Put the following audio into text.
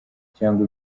cyangwa